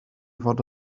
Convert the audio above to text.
fod